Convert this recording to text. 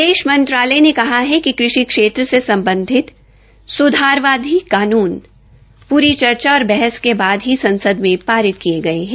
विदेश मंत्रालय ने कहा है कि कृषि से सम्बधित सुधारवादी कानून पूरी चर्चा और बहस के बाद संसद में पारित किये गये है